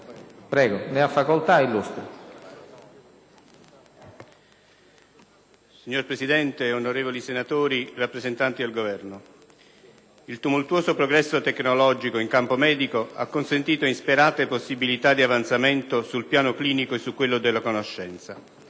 finestra"), *relatore*. Signor Presidente, onorevoli senatori, rappresentanti del Governo, il tumultuoso progresso tecnologico in campo medico ha consentito insperate possibilità di avanzamento sul piano clinico e su quello della conoscenza;